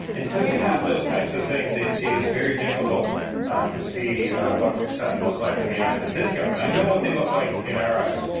until you have those types of things, it it is very difficult to see what success looks like in the eyes of this government. i know what they look like in our eyes.